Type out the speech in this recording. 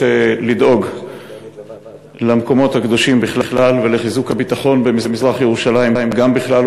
לדאוג למקומות הקדושים בכלל ולחיזוק הביטחון במזרח-ירושלים גם בכלל,